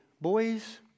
Boys